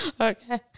okay